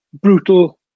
brutal